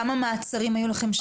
כמה מעצרים של אנשים היו לכם?